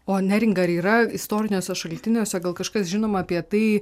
o neringa ar yra istoriniuose šaltiniuose gal kažkas žinoma apie tai